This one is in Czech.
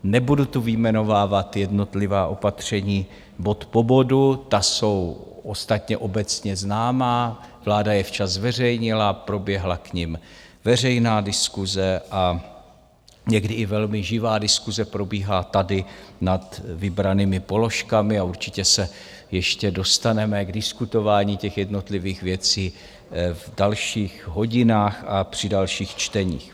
Nebudu tu vyjmenovávat jednotlivá opatření, bod po bodu, ta jsou ostatně obecně známá, vláda je včas zveřejnila a proběhla k nim veřejná diskuse a někdy i velmi živá diskuse probíhá tady nad vybranými položkami a určitě se ještě dostaneme k diskutování těch jednotlivých věcí v dalších hodinách a při dalších čteních.